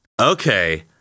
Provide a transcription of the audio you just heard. Okay